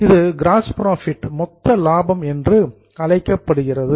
இது gross profit மொத்த லாபம் என்று அழைக்கப்படுகிறது